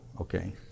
Okay